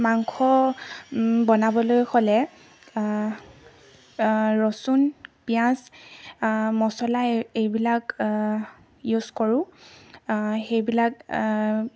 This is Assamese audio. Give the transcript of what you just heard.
মাংস বনাবলৈ হ'লে ৰচুন পিঁয়াজ মচলা এইবিলাক ইউজ কৰোঁ সেইবিলাক